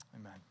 Amen